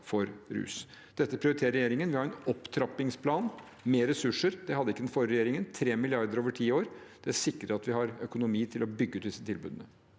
Dette prioriterer regjeringen. Vi har en opptrappingsplan med ressurser. Det hadde ikke den forrige regjeringen. Det er 3 mrd. kr over ti år. Det sikrer at vi har økonomi til å bygge ut disse tilbudene.